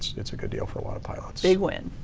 it's a good deal for a lot of pilots. they win.